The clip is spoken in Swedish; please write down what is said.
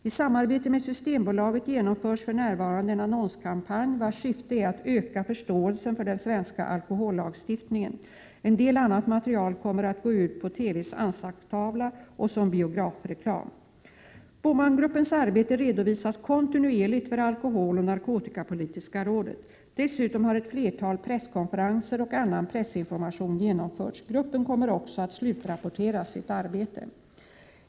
I samarbete med Systembolaget genomförs för närvarande en annonskampanj vars syfte är att öka förståelsen för den svenska alkohollagstiftningen. En del annat material kommer att gå ut på TV:s ”Anslagstavlan” och som biografreklam. BOMAN-gruppens arbete redovisas kontinuerligt för alkoholoch narkotikapolitiska rådet. Dessutom har ett flertal presskonferenser och annan pressinformation genomförts. Gruppen kommer också att slutrapportera sitt arbete.